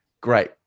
great